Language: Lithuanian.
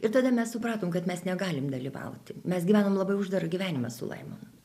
ir tada mes supratom kad mes negalim dalyvauti mes gyvenam labai uždarą gyvenimą su laimonu